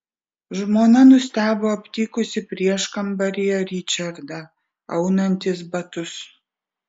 žmona nustebo aptikusi prieškambaryje ričardą aunantis batus